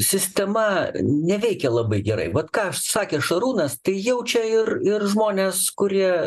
sistema neveikia labai gerai vat ką sakė šarūnas tai jaučia ir ir žmonės kurie